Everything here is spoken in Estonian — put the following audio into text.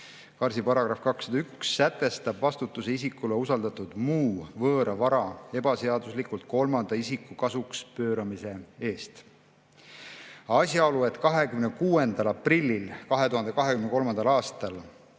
KarS‑i § 201 sätestab vastutuse isikule usaldatud muu võõra vara ebaseaduslikult kolmanda isiku kasuks pööramise eest. Asjaolu, et 26. aprillil 2023. aastal